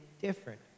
different